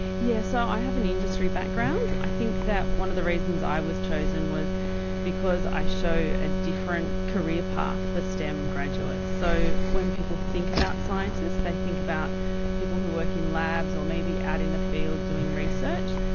yeah, so i have an industry background. i think that one of the reasons i was chosen was because i show a different career path for stem graduates. so when people think about scientists, they think about people who work in labs or maybe out in the field doing research.